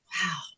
Wow